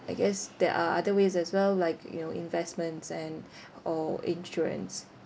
I guess there are other ways as well like you know investments and or insurance